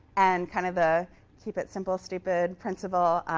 and kind of the keep it simple, stupid principle